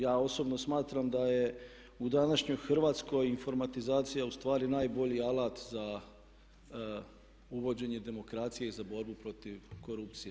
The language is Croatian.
Ja osobno smatram da je u današnjoj Hrvatskoj informatizacija ustvari najbolji alat za uvođenje demokracije i za borbu protiv korupcije.